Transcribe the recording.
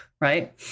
right